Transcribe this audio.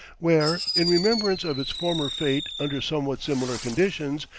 where, in remembrance of its former fate under somewhat similar conditions,